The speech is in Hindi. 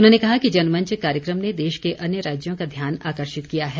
उन्होंने कहा कि जनमंच कार्यक्रम ने देश के अन्य राज्यों का ध्यान आकर्षित किया है